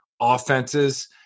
offenses